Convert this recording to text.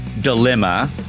dilemma